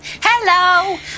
Hello